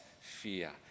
fear